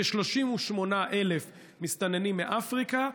כ-38,000 מסתננים מאפריקה,